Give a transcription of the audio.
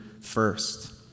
first